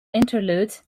interludes